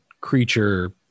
creature